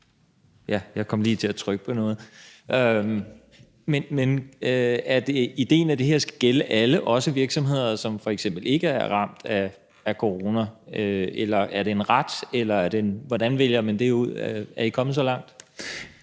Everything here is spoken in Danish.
Jeg kom lige til at trykke på noget. Men er ideen i det her, at det skal gælde alle, også virksomheder, som f.eks. ikke er ramt af corona? Er det en ret, eller hvordan vælger man det ud? Er I kommet så langt?